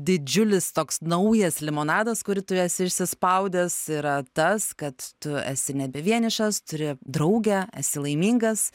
didžiulis toks naujas limonadas kurį tu esi išsispaudęs yra tas kad tu esi nebe vienišas turi draugę esi laimingas